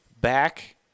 back